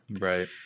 Right